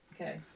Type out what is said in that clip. okay